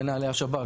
זה נהלי השב"כ.